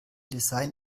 design